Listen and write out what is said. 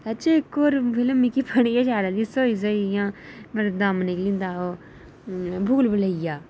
अच्छा इक मूवी होर बड़ी गै शैल लगदी स्होई स्होई इ'यां मेरा दम निकली जंदा हा ओह् भूल भूलैया